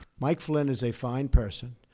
mike flynn is a fine person,